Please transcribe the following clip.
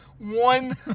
one